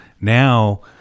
now